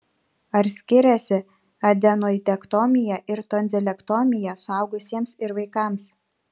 ar skiriasi adenoidektomija ir tonzilektomija suaugusiesiems ir vaikams